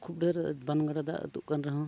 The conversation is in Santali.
ᱠᱷᱩᱵ ᱰᱷᱮᱹᱨ ᱵᱟᱱ ᱜᱟᱰᱟ ᱫᱟᱜ ᱟᱹᱛᱩᱜ ᱠᱟᱱ ᱨᱮᱦᱚᱸ